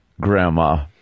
Grandma